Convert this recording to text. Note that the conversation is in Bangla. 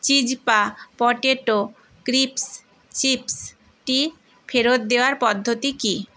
চিজপা পটেটো ক্রিস্পস চিপসটি ফেরত দেওয়ার পদ্ধতি কী